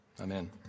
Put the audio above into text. amen